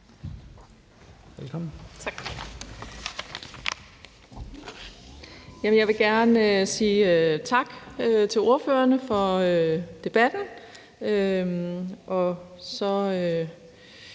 Jerkel (KF): Tak. Jeg vil gerne sige tak til ordførerne for debatten.